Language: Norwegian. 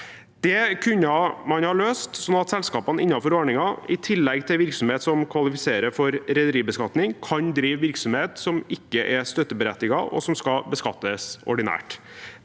Det kunne man ha løst sånn at selskapene innenfor ordningen i tillegg til virksomhet som kvalifiserer for rederibeskatning, kunne drive virksomhet som ikke er støtteberettiget, og som skal beskattes ordinært.